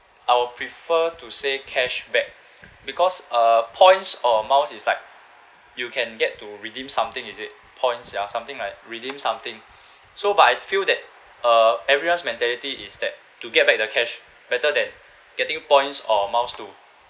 I will prefer to say cashback because uh points or miles is like you can get to redeem something is it points ya something like redeem something so but I feel that uh everyone's mentality is that to get back the cash better than getting points or miles to